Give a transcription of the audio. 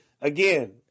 again